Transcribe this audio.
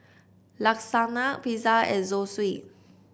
Lasagna Pizza and Zosui